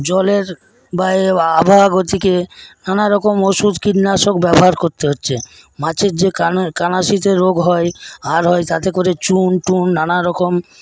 জলের বা আবহাওয়া গতিকে নানারকম ওষুধ কীটনাশক ব্যাবহার করতে হচ্ছে মাছের যে কানাসিতে রোগ হয় আর হয় তাতে করে চুন টুন নানারকম